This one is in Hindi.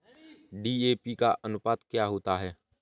डी.ए.पी का अनुपात क्या होता है?